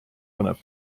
põnev